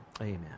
Amen